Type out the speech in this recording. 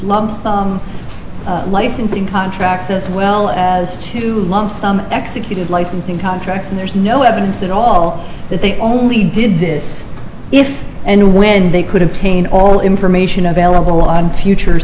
lumped licensing contracts as well as to lump sum executed licensing contracts and there's no evidence at all that they only did this if and when they could have tain all information available on future